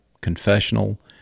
confessional